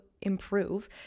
improve